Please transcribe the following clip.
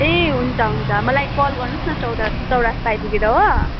ए हुन्छ हुन्छ मलाई कल गर्नु होस् न चौध चौरस्ता आइपुगेर हो